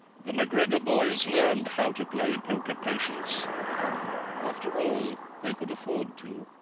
the macgregor boys learned how to play poker-patience after all, they could afford to.